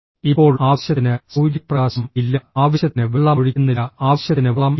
ഇപ്പോൾ ആവശ്യത്തിന് സൂര്യപ്രകാശം ഇല്ല ആവശ്യത്തിന് വെള്ളം ഒഴിക്കുന്നില്ല ആവശ്യത്തിന് വളം ഇല്ല